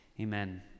Amen